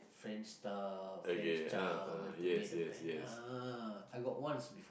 Friendster like to meet the friend ah I got once before